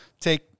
take